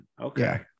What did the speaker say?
Okay